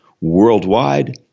worldwide